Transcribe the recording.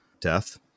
death